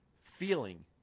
feeling